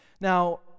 Now